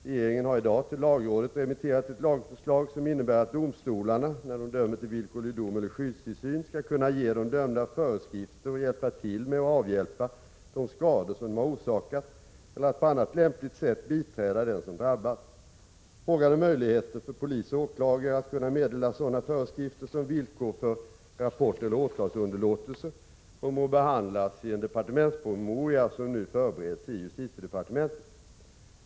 Regeringen har i dag till lagrådet remitterat ett lagförslag som innebär att domstolarna — när de dömer till villkorlig dom eller skyddstillsyn — skall kunna ge de dömda föreskrifter att hjälpa till med att avhjälpa de skador som de har orsakat eller att på annat lämpligt sätt biträda den som drabbats. Frågan om möjligheter för polis och åklagare att kunna meddela sådana föreskrifter som villkor för rapporteller åtalsunderlåtelse kommer att behandlas i en departementspromemoria som nu förbereds i justitiedepartementet.